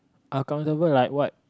uncomfortable like what